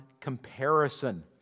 comparison